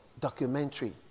documentary